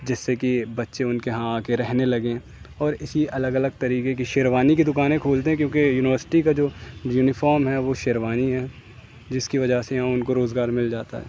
جس سے کہ بچے ان کے یہاں آ کے رہنے لگیں اور اسی الگ الگ طریقے کی شیروانی کی دکانیں کھولتے ہیں کیونکہ یونیورسٹی کا جو یونیفارم ہے وہ شیروانی ہے جس کی وجہ سے ان کو روزگار مل جاتا ہے